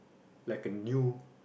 like a new